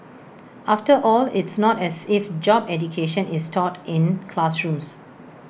after all it's not as if job education is taught in classrooms